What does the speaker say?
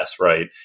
right